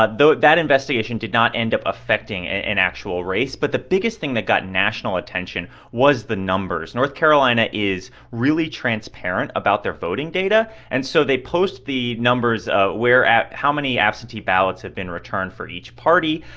ah though that investigation did not end up affecting an actual race. but the biggest thing that got national attention was the numbers. north carolina is really transparent about their voting data. and so they post the numbers ah where how many absentee ballots have been returned for each party.